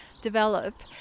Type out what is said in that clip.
develop